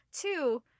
Two